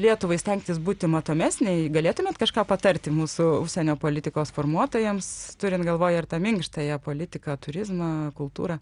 lietuvai stengtis būti matomesnei galėtumėt kažką patarti mūsų užsienio politikos formuotojams turint galvoj ir tą minkštąją politiką turizmą kultūrą